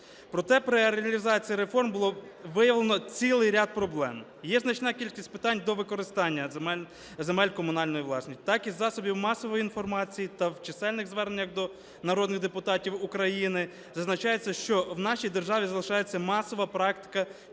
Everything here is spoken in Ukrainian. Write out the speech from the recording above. Проте, при реалізації реформ було виявлено цілий ряд проблем. Є значна кількість питань до використання земель комунальної власності. Так із засобів масової інформації та в чисельних зверненнях до народних депутатів України зазначається, що в нашій державі залишається масова практика